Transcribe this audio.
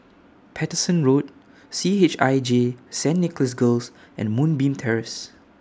Paterson Road C H I J Saint Nicholas Girls and Moonbeam Terrace